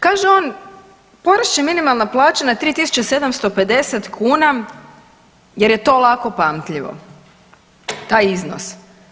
Kaže on porast će minimalna plaća na 3.750 kuna jer je to lako pamtljivo, taj iznos.